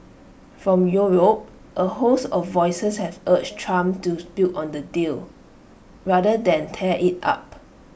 from Europe A host of voices have urged Trump to build on the deal rather than tear IT up